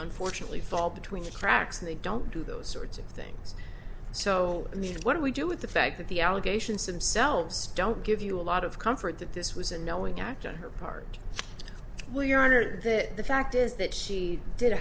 unfortunately fall between the cracks and they don't do those sorts of things so i mean what do we do with the fact that the allegations themselves don't give you a lot of comfort that this was a knowing act on her part while your honor the fact is that she did